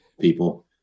people